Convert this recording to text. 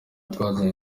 twazanye